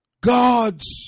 God's